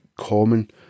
common